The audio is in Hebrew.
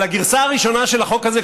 על הגרסה הראשונה של החוק הזה,